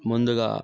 ముందుగా